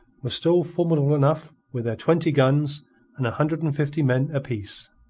were still formidable enough with their twenty guns and a hundred and fifty men apiece.